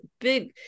big